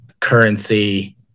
currency